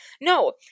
no